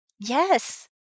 Yes